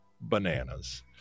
bananas